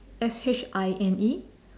S H I N E